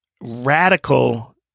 radical